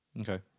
Okay